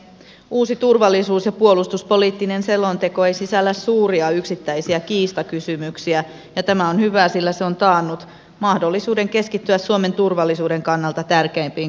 uusi turvallisuus ja puolustuspoliittisen selonteko ei sisällä suuria yksittäisiä kiistakysymyksiä ja tämä on hyvä sillä se on taannut mahdollisuuden keskittyä suomen turvallisuuden kannalta tärkeimpiin kysymyksiin